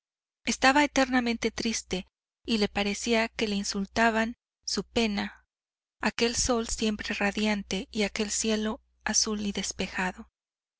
estaba eternamente triste y le parecía que insultaban su pena aquel sol siempre radiante y aquel cielo azul y despejado